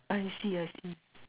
I see I see